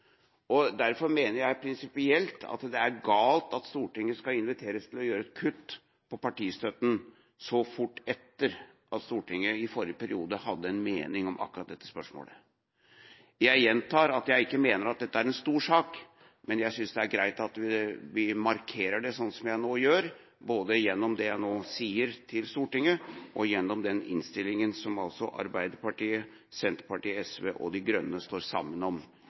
Derfor mener jeg prinsipielt at det er galt at Stortinget skal inviteres til å gjøre et kutt i partistøtten så fort etter at Stortinget i forrige periode hadde en mening om akkurat dette spørsmålet. Jeg gjentar at jeg ikke mener at dette er en stor sak, men jeg synes det er greit at vi markerer det sånn som jeg nå gjør, både gjennom det jeg nå sier til Stortinget, og gjennom den innstillinga Arbeiderpartiet, Senterpartiet, SV og De Grønne står sammen om.